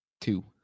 Two